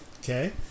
Okay